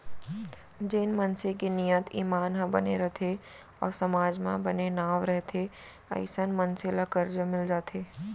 जेन मनसे के नियत, ईमान ह बने रथे अउ समाज म बने नांव रथे अइसन मनसे ल करजा मिल जाथे